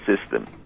system